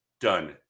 done